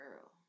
girl